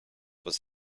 was